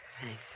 Thanks